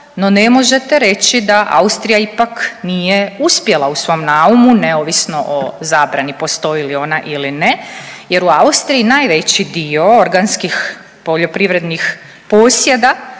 no ne možete reći da Austrija ipak nije uspjela u svom naumu neovisno o zabrani postoji li ona ili ne jer u Austriji najveći dio organskih poljoprivrednih posjeda